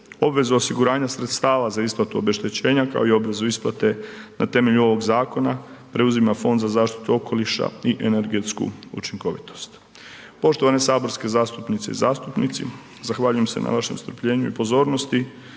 Obvezu osiguranja sredstava za isplatu obeštećenja kao i obvezu isplate na temelju ovog zakona preuzima Fond za zaštitu okoliša i energetsku učinkovitost. Poštovane saborske zastupnice i zastupnici, zahvaljujem se na vašem strpljenju i pozornosti.